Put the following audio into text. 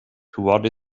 toward